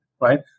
right